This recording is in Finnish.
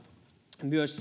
myös